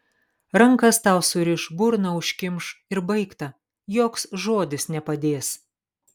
rankas tau suriš burną užkimš ir baigta joks žodis nepadės